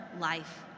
life